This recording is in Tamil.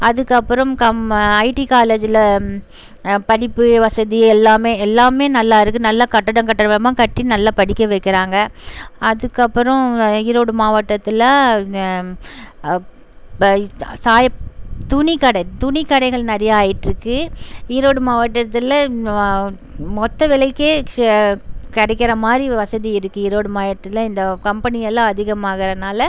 அதுக்கப்புறம் கம் ஐடி காலேஜில் படிப்பு வசதி எல்லாமே எல்லாமே நல்லா இருக்குது நல்லா கட்ட்டம் கட்டிடமா கட்டி நல்லா படிக்க வைக்கிறாங்க அதுக்கப்புறம் ஈரோடு மாவட்டத்தில் சாயப் துணி கட துணி கடைகள் நிறையா ஆயிட்ருக்குது ஈரோடு மாவட்டத்தில் மொத்த விலைக்கே ஷ கிடைக்கிற மாதிரி வசதி இருக்குது ஈரோடு மாவட்டத்தில் இந்த கம்பனி எல்லாம் அதிகமாகிறனால